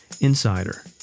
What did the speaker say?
insider